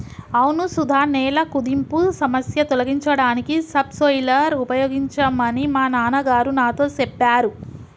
అవును సుధ నేల కుదింపు సమస్య తొలగించడానికి సబ్ సోయిలర్ ఉపయోగించమని మా నాన్న గారు నాతో సెప్పారు